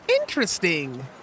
Interesting